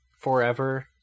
forever